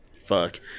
fuck